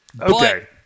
Okay